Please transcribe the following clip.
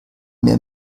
mehr